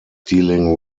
dealing